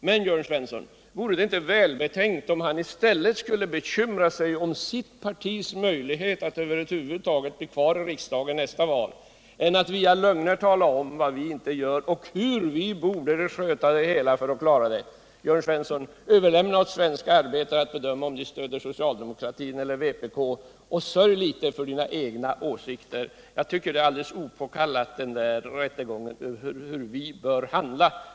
Men, Jörn Svensson, vore det inte välbetänkt att bekymra sig om det egna partiets möjligheter att över huvud taget bli kvar i riksdagen efter nästa val i stället för att via lögner tala om vad vi inte gör och hur vi borde sköta det hela? Jörn Svensson! Överlämna åt svenska arbetare att bedöma om de stödjer socialdemokratin eller vpk och sörj litet för era egna åsikter! Jag tycker det är alldeles opåkallat att ta upp en rättegång om hur vi bör handla.